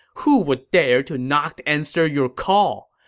who would dare to not answer your call?